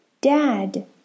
Dad